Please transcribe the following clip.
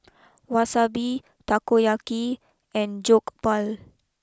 Wasabi Takoyaki and Jokbal